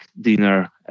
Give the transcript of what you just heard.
dinner